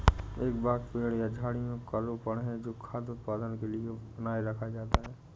एक बाग पेड़ों या झाड़ियों का रोपण है जो खाद्य उत्पादन के लिए बनाए रखा जाता है